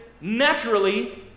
naturally